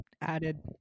added